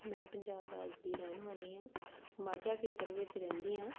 ਮੈਂ ਪੰਜਾਬ ਰਾਜ ਦੀ ਰਹਿਣ ਵਾਲੀ ਹਾਂ ਮਾਝਾ ਖੇਤਰ ਵਿੱਚ ਰਹਿੰਦੀ ਹਾਂ